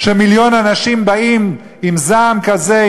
שמיליון אנשים באים עם זעם כזה,